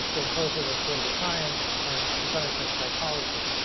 been closer with political science and, to some extent, psychology.